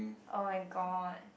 oh-my-god